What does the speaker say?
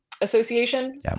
Association